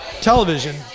television